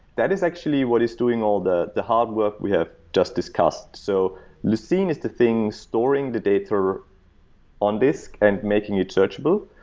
that is actually what is doing all the the hard work we have just discussed so lucene is the thing storing the data on this and making it searchable.